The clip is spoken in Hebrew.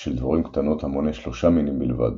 של דבורים קטנות המונה שלושה מינים בלבד,